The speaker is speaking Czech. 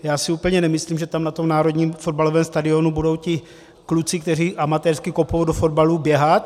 Já si úplně nemyslím, že tam na tom národním fotbalovém stadionu budou ti kluci, kteří amatérsky kopou, do fotbalu běhat.